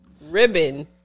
Ribbon